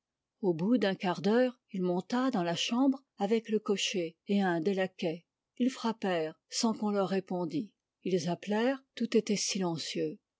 au bout d'un quart d'heure il monta dans la chambre avec le cocher et un des laquais ils frappèrent sans qu'on leur répondît ils appelèrent tout était silencieux